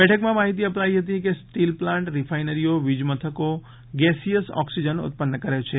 બેઠકમાં માહિતી અપાઈ હતી કે સ્ટીલ પ્લાન્ટ રીફાઈનરીઓ વીજ મથકો ગેસીયસ ઓક્સીજન ઉત્પન્ન કરે છે